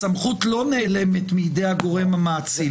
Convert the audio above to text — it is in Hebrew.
הסמכות לא נעלמת מידי הגורם המאציל.